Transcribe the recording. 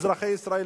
אזרחי ישראל,